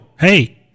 hey